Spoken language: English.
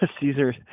Caesar